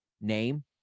Name